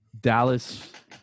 Dallas